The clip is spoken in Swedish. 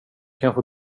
kanske